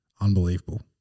Unbelievable